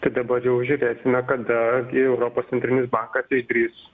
tai dabar jau žiūrėsime kada gi europos centrinis bankas išdrįs